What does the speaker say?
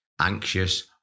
anxious